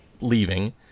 leaving